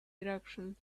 direction